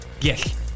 Yes